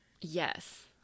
yes